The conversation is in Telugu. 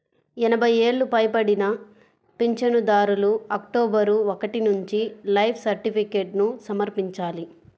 ఎనభై ఏళ్లు పైబడిన పింఛనుదారులు అక్టోబరు ఒకటి నుంచి లైఫ్ సర్టిఫికేట్ను సమర్పించాలి